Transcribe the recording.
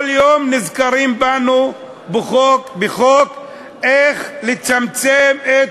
כל יום נזכרים בנו בחוק, איך לצמצם את